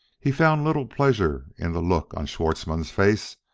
he found little pleasure in the look on schwartzmann's face,